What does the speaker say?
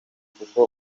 kuko